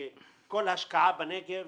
שכל השקעה בנגב